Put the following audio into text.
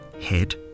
head